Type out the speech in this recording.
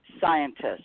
scientists